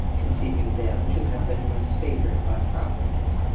conceiving them to have been less favoured by providence.